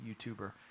youtuber